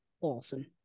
awesome